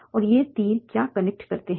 और ये तीर क्या कनेक्ट करते हैं